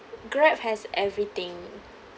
Grab has everything